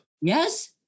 Yes